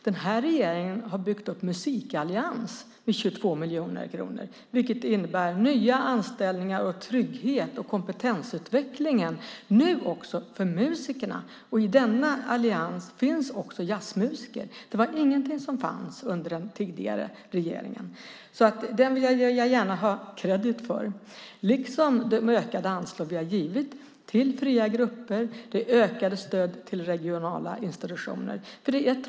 Den här regeringen har byggt upp en musikallians med 22 miljoner kronor, vilket innebär nya anställningar, trygghet och kompetensutveckling nu också för musikerna. I denna allians finns även jazzmusiker. Det var ingenting som fanns under den tidigare regeringen, så den vill jag gärna ha kredit för, liksom för de ökade anslag som vi har givit till fria grupper och det ökade stödet till regionala institutioner.